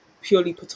purely